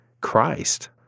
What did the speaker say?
Christ